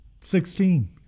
Sixteen